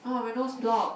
ah my nose block